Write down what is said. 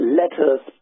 letters